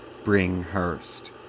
Bringhurst